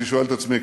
אני שואל את עצמי,